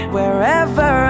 Wherever